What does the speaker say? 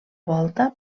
volta